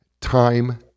Time